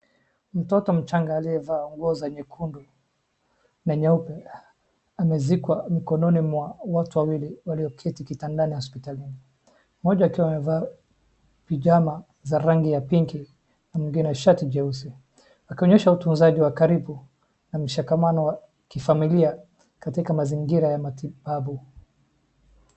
Mtoto mchanga alyevaa nguo za nyekundu na nyeupe amezikwa mkononi mwa watu awili walioketi kitandani ya hospitali, mmoja akiwa amevaa pijama za rangi ya pinki na mwingine shati jeusi wakionyesha utunzaji wa karibu na mshikamano wa kifamilia katika mazingira ya matibabu.